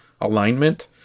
alignment